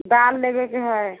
दालि लेबयके है